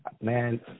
man